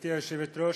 גברתי היושבת-ראש,